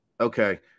Okay